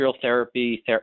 therapy